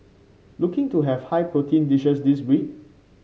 looking to have high protein dishes this week